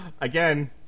Again